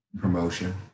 Promotion